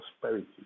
prosperity